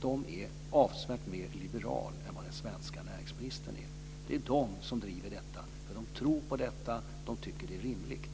De är avsevärt mer liberala än vad den svenska näringsministern är. Det är de som driver detta, för de tror på detta och tycker att det är rimligt.